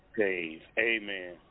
amen